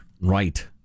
Right